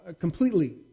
completely